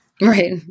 Right